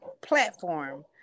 platform